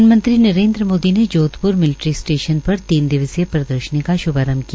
प्रधानमंत्री नरेन्द्र मोदी ने Jodhpur military station पर तीन दिवसीय प्रदर्शनी का श्भारंभ किया